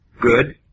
good